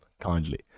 kindly